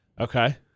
Okay